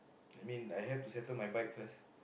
I mean I have to settle my bike first